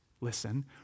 listen